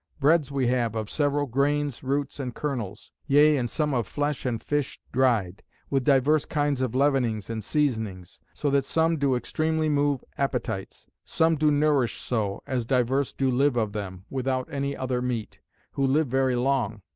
breads we have of several grains, roots, and kernels yea and some of flesh and fish dried with divers kinds of leavenings and seasonings so that some do extremely move appetites some do nourish so, as divers do live of them, without any other meat who live very long.